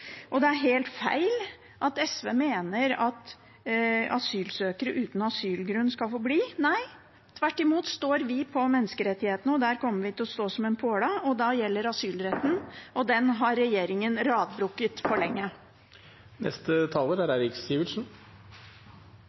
troverdighet. Det er helt feil at SV mener at asylsøkere uten asylgrunn skal få bli. Nei, tvert imot står vi på menneskerettighetene, og der kommer vi til å stå som en påle. Da gjelder asylretten, og den har regjeringen radbrekket for